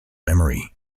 memory